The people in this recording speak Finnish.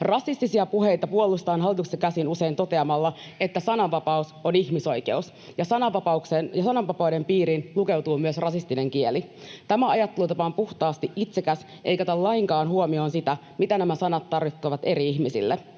Rasistisia puheita puolustetaan hallituksesta käsin usein toteamalla, että sananvapaus on ihmisoikeus ja sananvapauden piiriin lukeutuu myös rasistinen kieli. Tämä ajattelutapa on puhtaasti itsekäs eikä ota lainkaan huomioon sitä, mitä nämä sanat tarkoittavat eri ihmisille.